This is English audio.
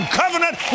covenant